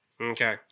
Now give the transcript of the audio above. Okay